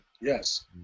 Yes